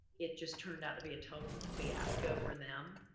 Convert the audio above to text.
it just turned out to be a total fiasco for them.